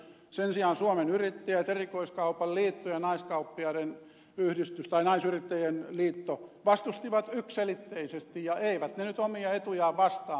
sen sijaan suomen yrittäjät erikoiskaupan liitto ja naisyrittäjien liitto vastustivat yksiselitteisesti ja eivät ne nyt omia etujaan vastaan puhu